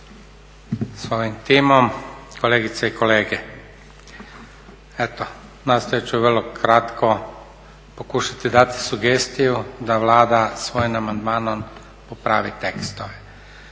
svojim timom, kolegice i kolege. Eto, nastojat ću vrlo kratko pokušati dati sugestiju da Vlada svojim amandmanom popravi tekstove.